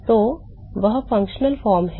तो वह कार्यात्मक रूप है